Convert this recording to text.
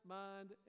mind